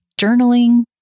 journaling